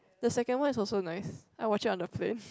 the second one is also nice I watch it on the plane